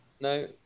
No